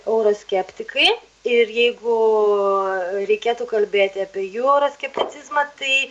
euroskeptikai ir jeigu reikėtų kalbėti apie jų euroskepticizmą tai